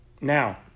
Now